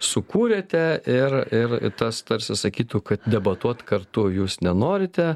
sukūrėte ir ir tas tarsi sakytų kad debatuoti kartu jūs nenorite